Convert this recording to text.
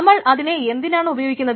നമ്മൾ അതിനെ എന്തിനാണ് ഉപയോഗിക്കുന്നത്